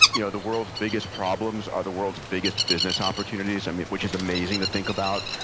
you know the world's biggest problems are the world's biggest business opportunities, and which is amazing to think about.